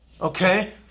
okay